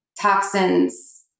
toxins